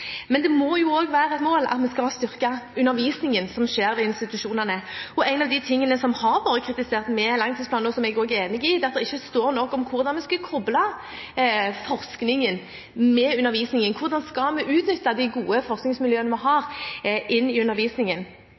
Men det må også være et mål at vi skal styrke undervisningen i institusjonene. En av de tingene som har vært kritisert med langtidsplanen, og som jeg også er enig i, er at det ikke står noe om hvordan man skal koble forskningen til undervisningen. Hvordan skal vi utnytte de gode forskningsmiljøene vi har, inn i undervisningen?